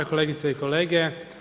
Kolegice i kolege.